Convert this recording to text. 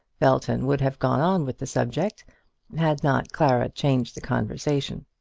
belton would have gone on with the subject had not clara changed the conversation.